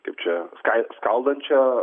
kaip čia skai skaldančią